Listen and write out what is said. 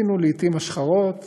עשינו לעתים השחרות